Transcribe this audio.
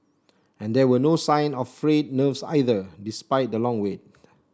and there were no sign of frayed nerves either despite the long wait